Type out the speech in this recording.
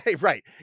right